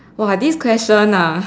!wah! this question ah